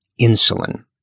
insulin